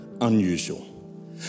unusual